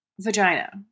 vagina